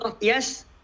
Yes